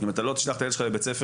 אם אתה לא תשלח את הילד שלך לבית ספר,